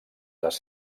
les